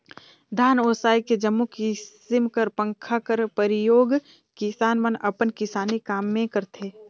धान ओसाए के जम्मो किसिम कर पंखा कर परियोग किसान मन अपन किसानी काम मे करथे